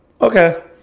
okay